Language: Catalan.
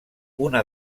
una